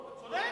אתה צודק.